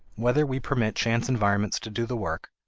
whether we permit chance environments to do the work,